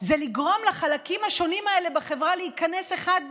זה לגרום לחלקים השונים האלה בחברה להיכנס אחד בשני,